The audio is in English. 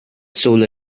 solar